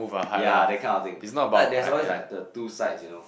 ya that kind of thing so like there's always like the two sides you know